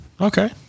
Okay